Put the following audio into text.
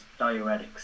diuretics